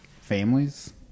Families